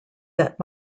that